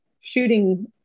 shooting